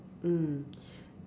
mm